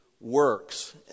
works